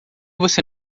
você